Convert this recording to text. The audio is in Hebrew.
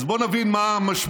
אז בואו נבין מה המשמעות